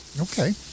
okay